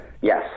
Yes